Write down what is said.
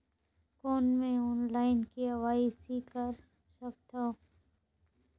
कौन मैं online KYC कर सकथव?